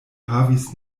havis